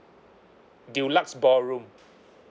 deluxe ballroom